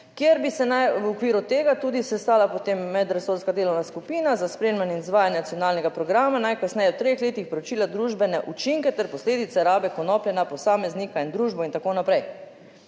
kjer bi se naj v okviru tega tudi sestala potem medresorska delovna skupina za spremljanje in izvajanje nacionalnega programa, najkasneje v treh letih preučila družbene učinke ter posledice rabe konoplje na posameznika in družbo in tako naprej.